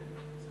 בסוף,